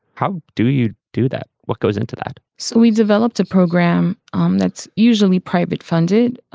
how do you do that? what goes into that? so we've developed a program um that's usually private funded.